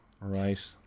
Right